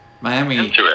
Miami